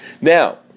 now